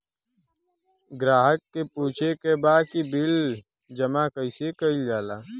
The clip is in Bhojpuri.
ग्राहक के पूछे के बा की बिल जमा कैसे कईल जाला?